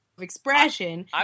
Expression